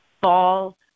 fall